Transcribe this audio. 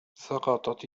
سقطت